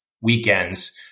weekends